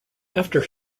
after